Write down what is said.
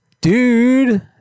dude